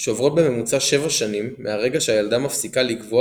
שעוברות בממוצע 7 שנים מהרגע שהילדה מפסיקה לגבוה